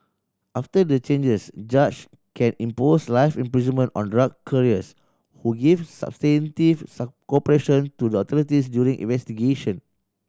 after the changes judge can impose life imprisonment on drug couriers who give substantive cooperation to the authorities during investigation